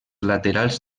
laterals